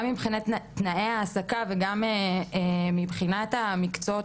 גם מבחינת תנאי העסקה וגם מבחינת המקצועות